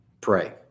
pray